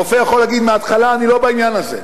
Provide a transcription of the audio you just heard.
הרופא יכול להגיד מההתחלה: אני לא בעניין הזה,